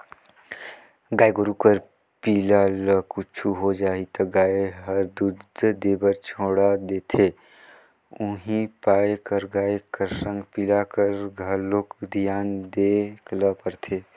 गाय गोरु कर पिला ल कुछु हो जाही त गाय हर दूद देबर छोड़ा देथे उहीं पाय कर गाय कर संग पिला कर घलोक धियान देय ल परथे